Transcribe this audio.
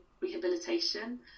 rehabilitation